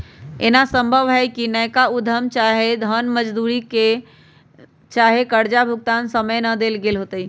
एना संभव हइ कि नयका उद्यम जन के मजदूरी चाहे कर्जा भुगतान समय न देल गेल होतइ